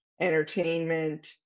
entertainment